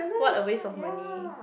what a waste of money